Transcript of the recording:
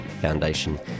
Foundation